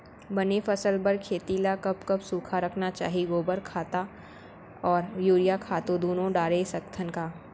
बने फसल बर खेती ल कब कब सूखा रखना चाही, गोबर खत्ता और यूरिया खातू दूनो डारे सकथन का?